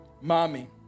Mommy